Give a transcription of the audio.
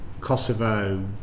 Kosovo